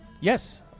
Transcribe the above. Yes